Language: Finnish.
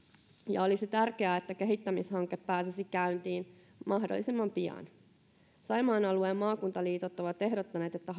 ja olisi tärkeää että kehittämishanke pääsisi käyntiin mahdollisimman pian saimaan alueen maakuntaliitot ovat ehdottaneet että